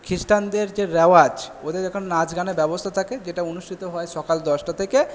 খ্রিস্টানদের যে রেওয়াজ ওদের ওখানে নাচ গানের ব্যবস্থা থাকে যেটা অনুষ্ঠিত হয় সকাল দশটা থেকে